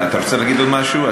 אתה רוצה להגיד עוד משהו?